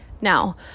now